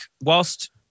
whilst